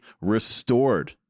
restored